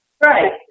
Right